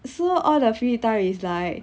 so all the free time is like